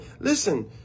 Listen